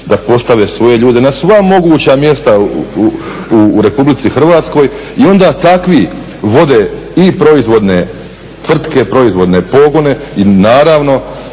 da postave svoje ljude na sva moguća mjesta u Republici Hrvatskoj i onda takvi vode i proizvodne tvrtke, proizvodne pogone i naravno